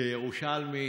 כירושלמי,